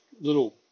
little